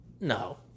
No